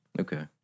Okay